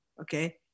Okay